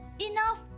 enough